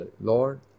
Lord